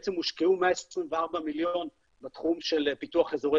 בעצם הושקעו 124 מיליון בתחום של פיתוח אזורי